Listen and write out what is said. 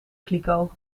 kliko